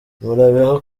murabeho